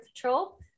control